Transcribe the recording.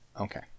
okay